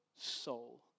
soul